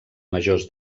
majors